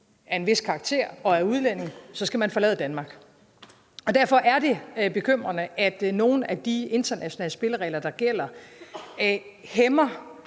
af en vis karakter og er udlænding, skal man forlade Danmark. Og derfor er det bekymrende, at nogle af de internationale spilleregler, der gælder, hæmmer